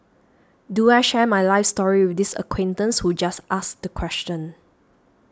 do I share my life story with this acquaintance who just asked the question